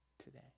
today